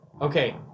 Okay